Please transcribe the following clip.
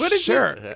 sure